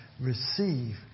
receive